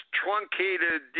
truncated